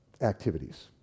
activities